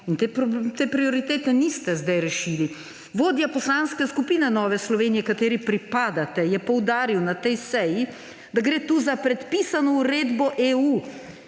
in te prioritete niste zdaj rešili. Vodja Poslanske skupine Nove Slovenije, kateri pripadate, je poudaril na tej seji, da gre tu za predpisano uredbo EU